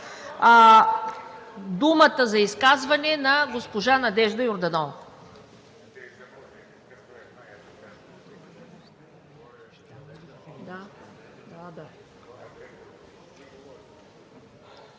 думата за изказване госпожа Надежда Йорданова.